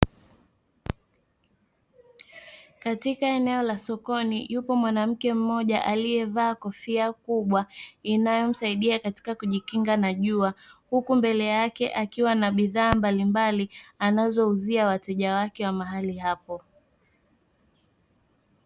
Katika eneo la sokoni yupo mwanamke mmoja aliyevaa kofia kubwa inayomsaidia katika kujikinga na jua, huku mbele yake akiwa na bidhaa mbalimbali anazouzia wateja wake wa mahali hapo.